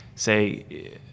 Say